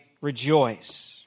rejoice